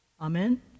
Amen